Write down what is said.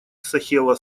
сахело